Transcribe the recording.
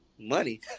Money